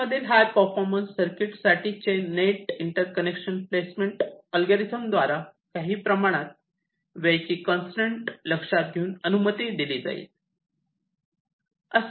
chips मधील high performance circuit साठी नेटचे इंटर्कनेक्शन प्लेसमेंट अल्गोरिदम द्वारा काही प्रमाणात वेळेची कंसट्रेन लक्षात घेऊन अनुमती दिली जाईल